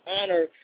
honor